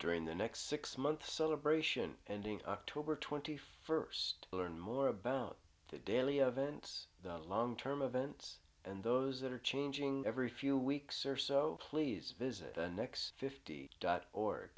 during the next six months celebration ending october twenty first learn more about the daily events the long term events and those that are changing every few weeks or so please visit the next fifty dot org